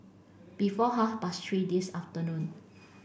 before half past three this afternoon